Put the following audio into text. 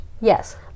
yes